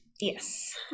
Yes